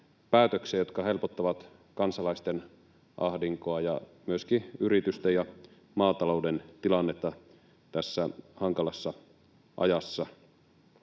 jotka helpottavat kansalaisten ahdinkoa ja myöskin yritysten ja maatalouden tilannetta tässä hankalassa ajassa.